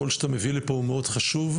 הקול שאתה מביא לפה הוא מאד חשוב,